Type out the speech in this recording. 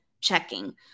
checking